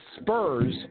Spurs